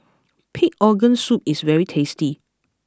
Pig Organ soup is very tasty